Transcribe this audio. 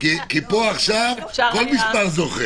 כי פה עכשיו כל מספר זוכה.